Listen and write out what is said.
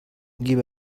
give